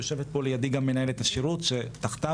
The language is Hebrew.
יושבת פה לידי גם מנהלת השירות שתחתיו.